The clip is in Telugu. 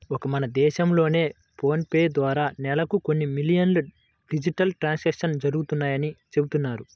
ఒక్క మన దేశంలోనే ఫోన్ పే ద్వారా నెలకు కొన్ని మిలియన్ల డిజిటల్ ట్రాన్సాక్షన్స్ జరుగుతున్నాయని చెబుతున్నారు